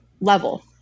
level